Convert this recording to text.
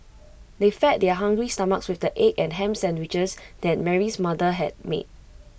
they fed their hungry stomachs with the egg and Ham Sandwiches that Mary's mother had made